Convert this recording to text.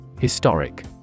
Historic